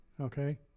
okay